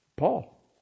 Paul